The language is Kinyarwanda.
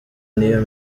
niyo